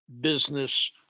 business